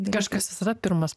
kažkas visada pirmas